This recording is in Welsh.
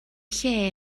lle